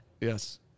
Yes